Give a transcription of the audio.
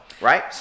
right